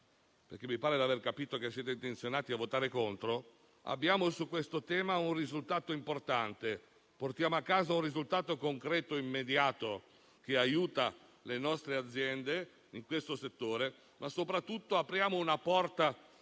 che mi pare d'aver capito siano intenzionati a votare contro - abbiamo un risultato importante; portiamo a casa un risultato concreto e immediato che aiuta le nostre aziende in questo settore, ma soprattutto apriamo una porta